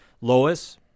Lois